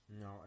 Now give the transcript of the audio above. No